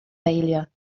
failure